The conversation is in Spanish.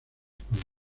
españa